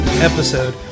episode